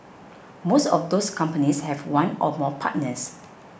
most of those companies have one or more partners